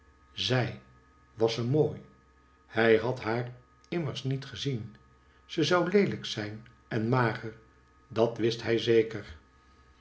zij was ze mooi hij had haar immers niet gezien ze zou leelijk zijn en mager dat wist hij zeker